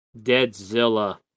Deadzilla